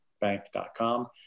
bank.com